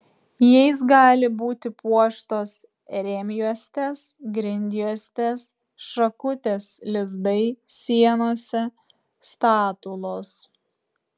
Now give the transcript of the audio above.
jais gali būti puoštos rėmjuostės grindjuostės šakutės lizdai sienose statulos